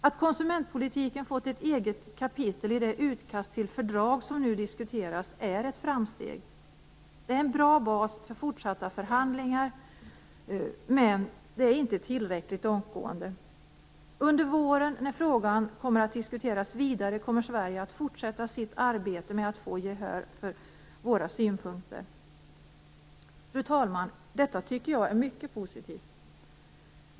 Att konsumentpolitiken har fått ett eget kapitel i det utkast till fördrag som nu diskuteras är ett framsteg. Det är en bra bas för fortsatta förhandlingar, men det är inte tillräckligt långtgående. Under våren när frågan kommer att diskuteras vidare kommer Sverige att fortsätta sitt arbete med att få gehör för sina synpunkter. Fru talman! Detta tycker jag är mycket positivt.